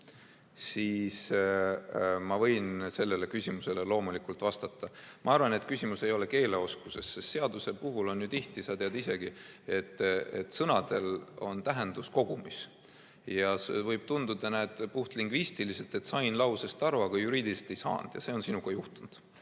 siis ma võin loomulikult sellele küsimusele vastata. Ma arvan, et küsimus ei ole keeleoskuses. Seaduse puhul on ju tihti nii, sa tead ise ka, et sõnadel on tähendus kogumis. Võib tunduda, et puhtlingvistiliselt sain lausest aru, aga juriidiliselt ei saanud. Ja see on sinuga juhtunud.